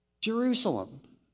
Jerusalem